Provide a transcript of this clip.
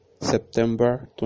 September